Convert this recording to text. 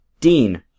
dean